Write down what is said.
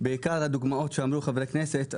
בעיקר הדוגמאות שנתנו חברי הכנסת.